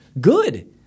Good